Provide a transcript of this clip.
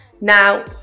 Now